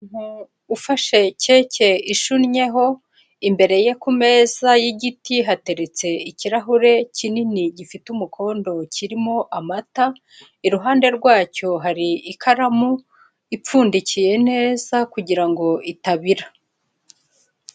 Umuntu ufashe keke ishunnyeho imbere ye ku meza y'igiti hateretse ikirahure kinini gifite umukondo kirimo amata iruhande rwacyo hari ikaramu ipfundikiye neza kugirango itabira.